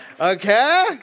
Okay